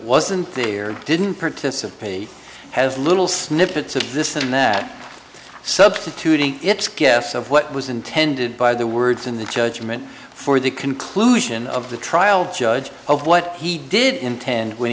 wasn't there didn't participate has little snippets of this and that substituting its guess of what was intended by the words in the judgment for the conclusion of the trial judge of what he did intend when